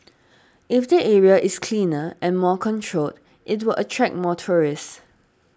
if the area is cleaner and more controlled it will attract more tourists